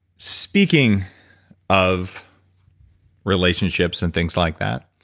speaking of relationships and things like that,